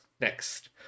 next